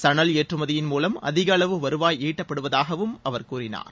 சணல் ஏற்றுமதியின் மூலம் அதிக அளவு வருவாய் ஈட்டப்படுவதாகவும் அவர் கூறினார்